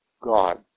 God